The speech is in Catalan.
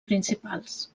principals